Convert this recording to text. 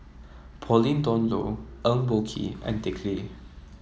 Pauline Dawn Loh Eng Boh Kee and Dick Lee